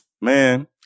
Man